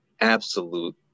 absolute